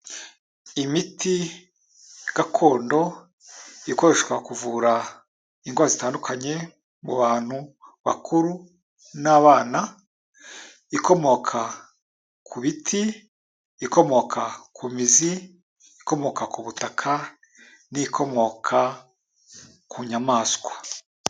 Imiti gakondo ikoreshwa kuvura indwara zitandukanye mu bantu bakuru n'abana, ikomoka ku biti, ikomoka ku mizi, ikomoka ku butaka n'ikomoka ku nyamaswa.